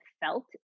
felt